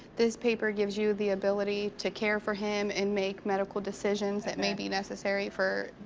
this paper gives you the ability to care for him and make medical decisions that may be necessary for,